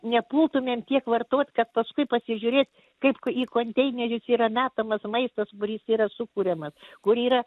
nepultumėm tiek vartot kad paskui pasižiūrėt kaip į konteinerius yra metamas maistas kuris yra sukuriamas kur yra